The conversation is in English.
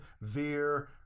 veer